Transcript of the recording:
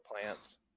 plants